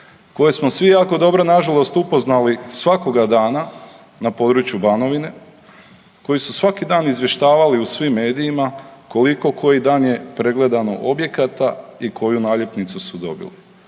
koje smo svi jako dobro na žalost upoznali svakoga dana na području Banovine, koji su svaki dan izvještavali u svim medijima koliko koji dan je pregledano objekata, i koju naljepnicu su dobili.